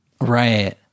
Right